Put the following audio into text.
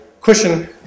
cushion